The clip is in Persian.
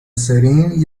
سرین